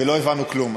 ולא הבנו כלום,